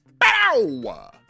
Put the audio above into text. Bow